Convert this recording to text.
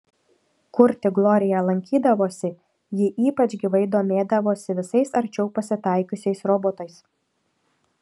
kur tik glorija lankydavosi ji ypač gyvai domėdavosi visais arčiau pasitaikiusiais robotais